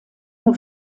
nur